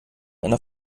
einer